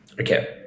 Okay